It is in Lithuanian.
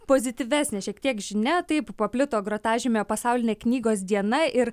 pozityvesnė šiek tiek žinia taip paplito grotažymė pasaulinė knygos diena ir